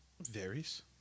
varies